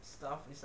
stuff is like